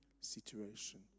situation